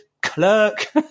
clerk